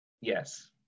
Yes